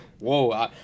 Whoa